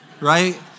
right